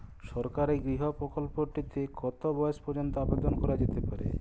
সরকারি গৃহ প্রকল্পটি তে কত বয়স পর্যন্ত আবেদন করা যেতে পারে?